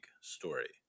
story